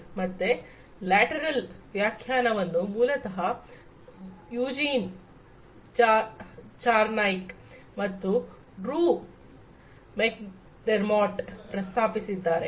ಮತ್ತೆ ಲ್ಯಾಟರಲ್ ವ್ಯಾಖ್ಯಾನವನ್ನು ಮೂಲತಃ ಯುಜೀನ್ ಚಾರ್ನಿಯಾಕ್ ಮತ್ತು ಡ್ರೂ ಮೆಕ್ಡರ್ಮೊಟ್ ಪ್ರಸ್ತಾಪಿಸಿದ್ದಾರೆ